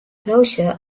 closure